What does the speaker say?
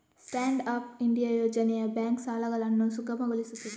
stand up India ಯೋಜನೆಯು bank ಸಾಲಗಳನ್ನು ಸುಗಮಗೊಳಿಸುತ್ತದೆ